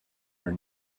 are